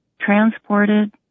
transported